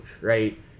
right